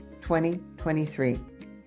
2023